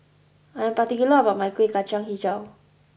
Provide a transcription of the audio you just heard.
I'm particular about my kueh kacang HiJau